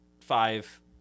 five